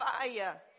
fire